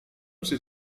czy